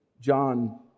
John